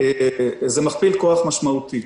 זה מכפיל כוח משמעותי.